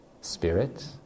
Spirit